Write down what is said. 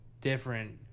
different